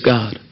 God